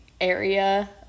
area